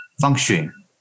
function